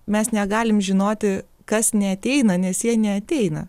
mes negalim žinoti kas neateina nes jie neateina